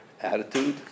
attitude